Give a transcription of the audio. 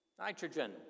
nitrogen